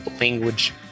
language